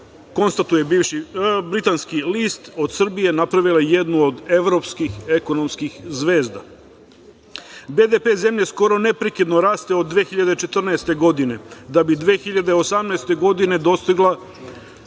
konstatuje britanski list, od Srbije napravile jednu od evropskih ekonomskih zvezda. Dakle, BDP zemlje skoro neprekidno raste od 2014. godine, da bi 2018. godine dostigao